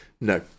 No